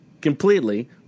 completely